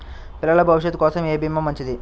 పిల్లల భవిష్యత్ కోసం ఏ భీమా మంచిది?